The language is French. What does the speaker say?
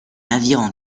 navires